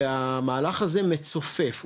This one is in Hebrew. והמהלך הזה מצופף,